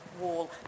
wall